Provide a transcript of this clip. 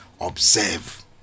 Observe